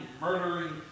murdering